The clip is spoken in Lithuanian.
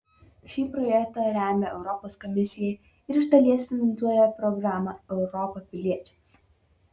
šį projektą remia europos komisija ir iš dalies finansuoja programa europa piliečiams